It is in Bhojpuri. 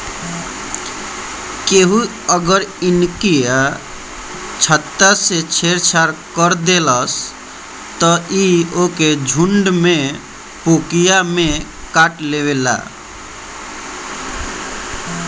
केहू अगर इनकी छत्ता से छेड़ छाड़ कर देहलस त इ ओके झुण्ड में पोकिया में काटलेवेला